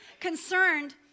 concerned